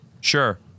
Sure